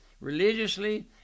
Religiously